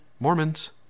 Mormons